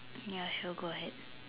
ya sure go ahead